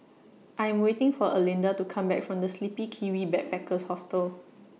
I Am waiting For Erlinda to Come Back from The Sleepy Kiwi Backpackers Hostel